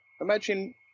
imagine